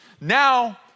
Now